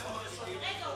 רגע.